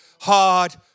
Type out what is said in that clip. hard